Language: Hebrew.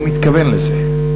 הוא מתכוון לזה.